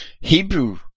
Hebrew